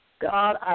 God